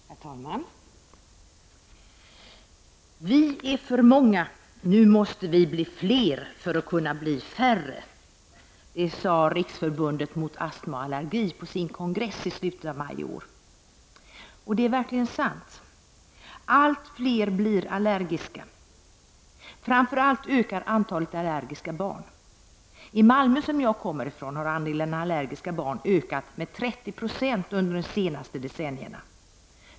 Herr talman! ”Vi är för många, nu måste vi bli fler för att kunna bli färre”, uttalade Riksförbundet mot astmaallergi på sin kongress i slutet av maj i år. Det är verkligen sant. Allt fler blir allergiska. Framför allt ökar antalet allergiska barn. I Malmö, som jag kommer ifrån, har andelen allergiska barn ökat med 30 90 under de senaste decennierna.